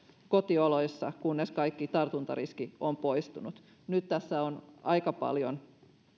kotioloissa kunnes kaikki tartuntariski on poistunut nyt tässä on aika paljon